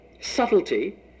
subtlety